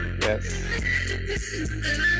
Yes